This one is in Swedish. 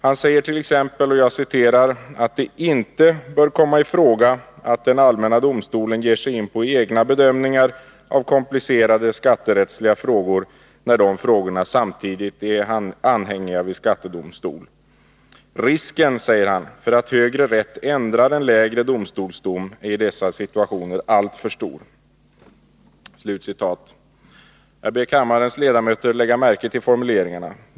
Han säger t.ex. att det inte bör komma i fråga att den allmänna domstolen ger sig in på egna bedömningar av komplicerade skatterättsliga frågor när de frågorna samtidigt är anhängiggjorda vid skattedomstol. Risken, säger han, för att högre rätt ändrar en lägre domstols dom är i dessa situationer alltför stor. Jag ber riksdagens ledamöter lägga märke till formuleringarna.